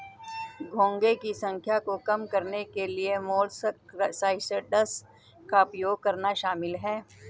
घोंघे की संख्या को कम करने के लिए मोलस्कसाइड्स का उपयोग करना शामिल है